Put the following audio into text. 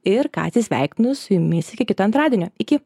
ir ką atsisveikinu su jumis iki kito antradienio iki